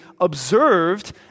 observed